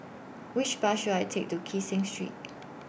Which Bus should I Take to Kee Seng Street